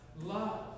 love